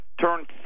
turn